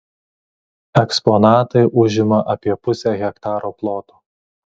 eksponatai užima apie pusę hektaro ploto